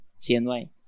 CNY